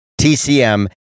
TCM